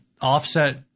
offset